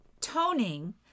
toning